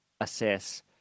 assess